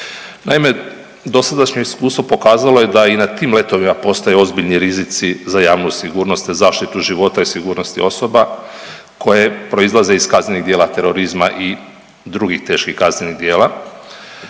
Naime, dosadašnje iskustvo pokazalo je da i na tim letovima postoje ozbiljni rizici za javnu sigurnost, zaštitu života i sigurnosti osoba koje proizlaze iz kaznenih djela terorizma i drugih teških kaznenih djela,